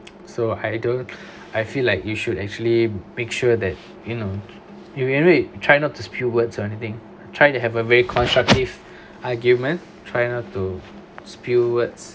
so I don't I feel like you should actually make sure that you know if you know you try not to spew words or anything try to have a way constructive argument try not to spill words